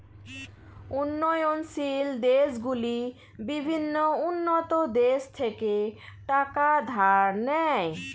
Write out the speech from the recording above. উন্নয়নশীল দেশগুলি বিভিন্ন উন্নত দেশ থেকে টাকা ধার নেয়